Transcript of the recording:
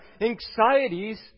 anxieties